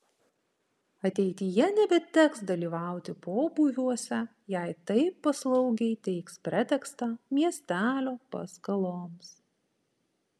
ateityje nebeteks dalyvauti pobūviuose jei taip paslaugiai teiks pretekstą miestelio paskaloms